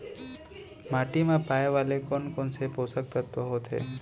माटी मा पाए वाले कोन कोन से पोसक तत्व होथे?